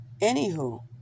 Anywho